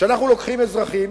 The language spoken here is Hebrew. הוא שאנחנו לוקחים אזרחים,